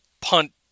punt